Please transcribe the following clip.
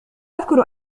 أذكر